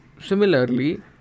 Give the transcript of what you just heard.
Similarly